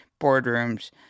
boardrooms